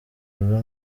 ruba